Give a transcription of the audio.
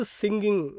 singing